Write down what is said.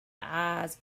eyes